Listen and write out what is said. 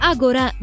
Agora